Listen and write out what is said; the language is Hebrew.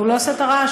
הוא לא עושה את הרעש?